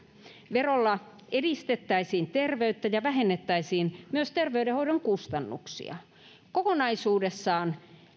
verolla edistettäisiin terveyttä ja myös vähennettäisiin terveydenhoidon kustannuksia kokonaisuudessaan